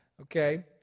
Okay